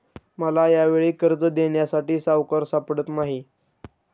मला यावेळी कर्ज देण्यासाठी सावकार सापडत नाही